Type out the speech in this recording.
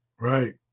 Right